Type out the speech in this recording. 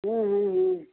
ہوں ہوں ہوں